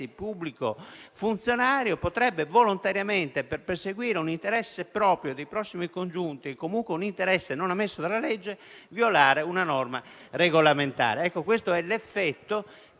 pubblico funzionario potrebbe, volontariamente, per perseguire un interesse proprio o dei prossimi congiunti (comunque, un interesse non ammesso dalla legge), violare una norma regolamentare. Questo è l'effetto che